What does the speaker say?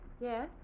Yes